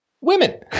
women